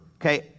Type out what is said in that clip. okay